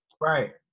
Right